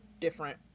different